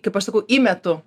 kaip aš sakau įmetu